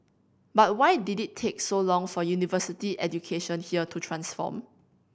but why did it take so long for university education here to transform